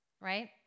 right